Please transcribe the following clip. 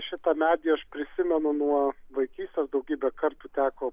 šitą medį aš prisimenu nuo vaikystės daugybę kartų teko